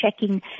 checking